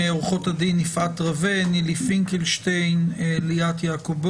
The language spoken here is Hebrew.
אנא גם תבהירו איזה סוגיות עדיין דורשות ליבון פנימי בין